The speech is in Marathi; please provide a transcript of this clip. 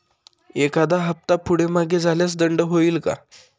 एखादा हफ्ता पुढे मागे झाल्यास दंड होईल काय?